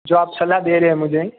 जो आप सलाह दे रहे हैं मुझे